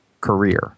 career